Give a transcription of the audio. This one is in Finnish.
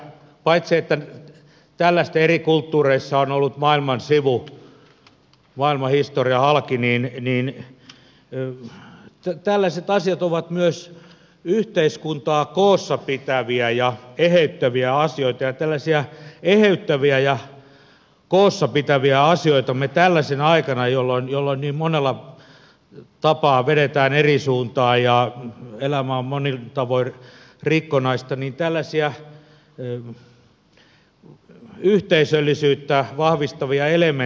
paitsi että tällaisia yhteisiä vapaapäiviä eri kulttuureissa on ollut maailman sivu maailmanhistorian halki niin tällaiset asiat ovat myös yhteiskuntaa koossa pitäviä ja eheyttäviä asioita ja tällaisia eheyttäviä ja koossa pitäviä asioita tällaisena aikana jolloin niin monella tapaa vedetään eri suuntaan ja elämä on monin tavoin rikkonaista tällaisia yhteisöllisyyttä vahvistavia elementtejä me todella tarvitsemme